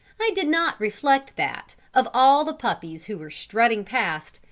i did not reflect that, of all the puppies who were strutting past,